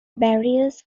barriers